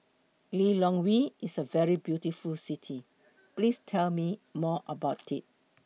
Lilongwe IS A very beautiful City Please Tell Me More about IT